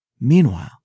Meanwhile